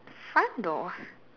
front door